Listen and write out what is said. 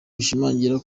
bishimangira